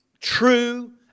true